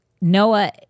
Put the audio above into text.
Noah